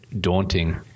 daunting